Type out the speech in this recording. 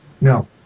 no